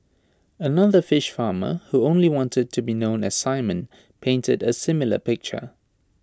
another fish farmer who only wanted to be known as simon painted A similar picture